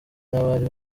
nabari